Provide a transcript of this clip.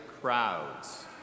crowds